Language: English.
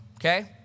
okay